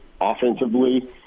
offensively